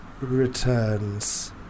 Returns